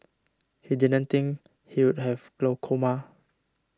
he didn't think he would have glaucoma